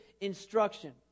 instruction